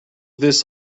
this